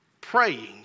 praying